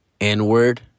N-word